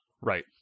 Right